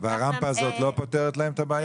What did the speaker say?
--- והרמפה הזאת לא פותרת להם את הבעיה?